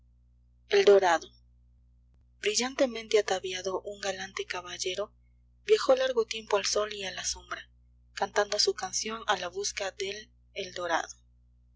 annie eldorado brillantemente ataviado un galante caballero viajó largo tiempo al sol y a la sombra cantando su canción a la busca del eldorado